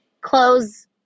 clothes